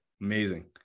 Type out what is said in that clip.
Amazing